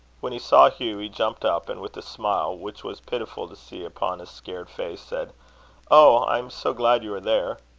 when he saw hugh he jumped up, and with a smile which was pitiful to see upon a scared face, said oh! i am so glad you are there.